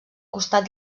costat